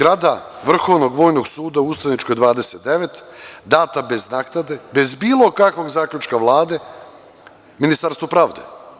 Zgrada Vrhovnog vojnog suda u Ustaničkoj 29, data bez naknade, bez bilo kakvog zaključka Vlade, Ministarstvu pravde.